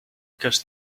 because